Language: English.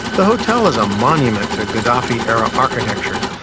the hotel is a monument to gaddafi-era architecture,